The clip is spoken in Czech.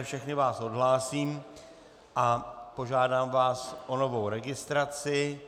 Všechny vás odhlásím a požádám vás o novou registraci.